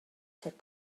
said